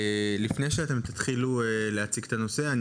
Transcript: לפני שתתחילו להציג את הנושא,